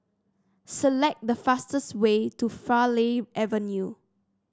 select the fastest way to Farleigh Avenue